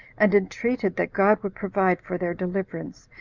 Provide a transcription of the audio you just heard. and entreated that god would provide for their deliverance,